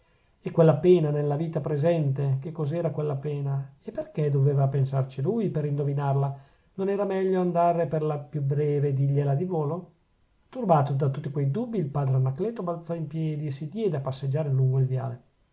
e quella pena nella vita presente che cosa era quella pena e perchè doveva pensarci lui per indovinarla non era meglio andare per la più breve e dirgliela di volo turbato da tutti quei dubbi il padre anacleto balzò in piedi e si diede a passeggiare lungo il viale